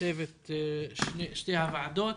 ולצוות שתי הוועדות.